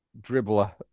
dribbler